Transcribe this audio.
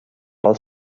pel